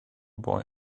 boy